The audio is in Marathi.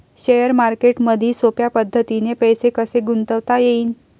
शेअर मार्केटमधी सोप्या पद्धतीने पैसे कसे गुंतवता येईन?